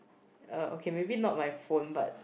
uh okay maybe not my phone but